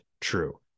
true